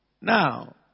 Now